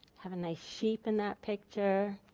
have a nice sheep in that picture.